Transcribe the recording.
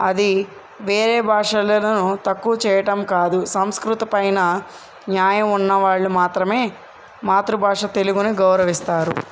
అది వేరే భాషలను తక్కువ చేయటం కాదు సంస్కృతం పైన జ్ఞానం ఉన్నవాళ్ళు మాత్రమే మాతృభాష తెలుగుని గౌరవిస్తారు